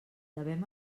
devem